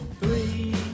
Three